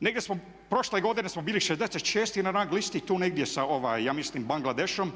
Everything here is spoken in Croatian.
Negdje smo prošle godine bili 66 na rang listi tu negdje sa ja mislim Bangladešom,